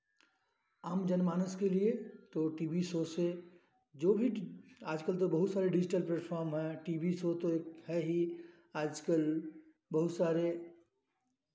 आम जनमानस के लिए तो टी भी शो से जो भी आजकल जो बहुत सारे डिज़िटल प्लेटफॉर्म हैं टी भी शो तो है ही आजकल बहुत सारे